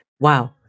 wow